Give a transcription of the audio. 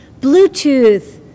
Bluetooth